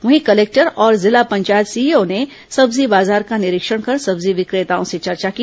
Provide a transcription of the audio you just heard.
वहीं कलेक्टर और जिला पंचायत सीईओ ने सब्जी बाजार का निरीक्षण कर सब्जी विक्रेताओं से चर्चा की